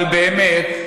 אבל באמת,